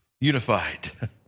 unified